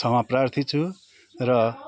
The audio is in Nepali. क्षमाप्रार्थी छु र